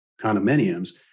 condominiums